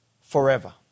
forever